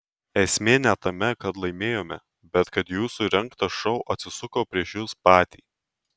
esmė ne tame kad laimėjome bet kad jūsų rengtas šou atsisuko prieš jus patį